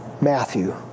Matthew